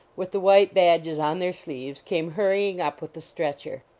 with the white badges on their sleeves, came hurrying up with the stretcher.